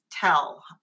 tell